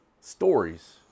stories